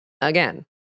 again